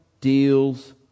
deals